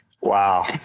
Wow